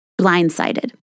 blindsided